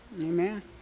Amen